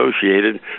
associated